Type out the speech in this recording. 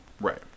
right